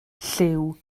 llyw